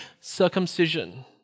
circumcision